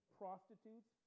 prostitutes